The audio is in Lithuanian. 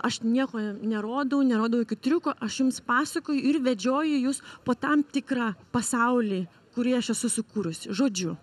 aš nieko nerodau nerodau jokių triukų aš jums pasakoju ir vedžioju jus po tam tikrą pasaulį kurį aš esu sukūrusi žodžiu